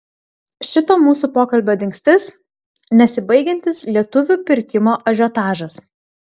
šito mūsų pokalbio dingstis nesibaigiantis lietuvių pirkimo ažiotažas